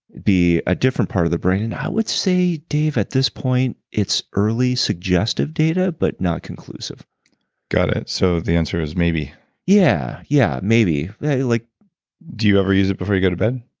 ah different part of the brain, i would say, dave, at this point, it's early suggestive data, but not conclusive got it, so the answer is maybe yeah, yeah, maybe yeah like do you ever use it before you go to bed?